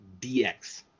DX